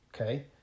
okay